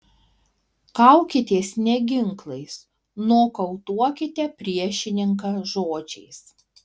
kaukitės ne ginklais nokautuokite priešininką žodžiais